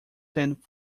sent